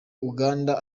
uganda